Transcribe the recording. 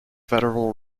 federal